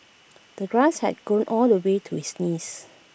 the grass had grown all the way to his knees